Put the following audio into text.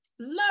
love